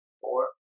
four